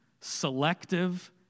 selective